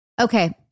Okay